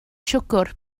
siwgr